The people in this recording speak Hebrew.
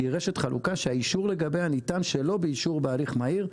שהיא רשת חלוקה שהאישור לגביה ניתן שלא באישור בהליך מהיר,